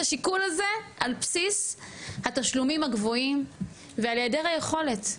השיקול הזה על בסיס התשלומים הגבוהים ועל היעדר היכולת,